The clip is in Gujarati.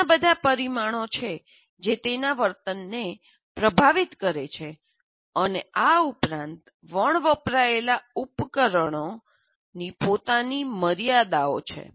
ઘણા બધા પરિમાણો છે જે તેના વર્તનને પ્રભાવિત કરે છે અને આ ઉપરાંત વપરાયેલા ઉપકરણો ઓપરેશનલ એમ્પ્લીફાયર્સ ની પોતાની મર્યાદાઓ છે